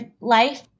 life